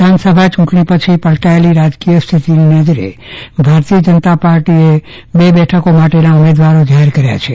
વિધાનસભા ચૂંટણી પછી સર્જાયેલી રાજકીય સ્થિતિ નજરે ભારતીય જનતા પાર્ટીએ બે બેઠકો માટેના ઉમેદવારો જાહેર કર્યા છે